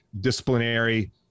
disciplinary